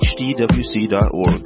hdwc.org